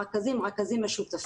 הרכזים הם משותפים,